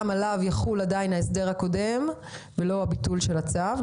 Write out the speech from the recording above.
גם עליו יחול עדיין ההסדר הקודם ולא הביטול של הצו.